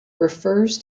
refers